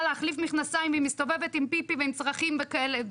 להחליף מכנסיים והיא מסתובבת עם פיפי ועם צרכים וכאלה.